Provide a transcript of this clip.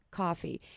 coffee